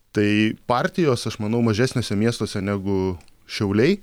tai partijos aš manau mažesniuose miestuose negu šiauliai